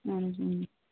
اَہَن حظ اۭں